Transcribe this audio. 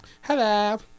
Hello